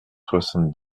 soixante